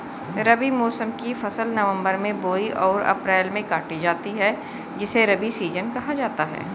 रबी मौसम की फसल नवंबर में बोई और अप्रैल में काटी जाती है जिसे रबी सीजन कहा जाता है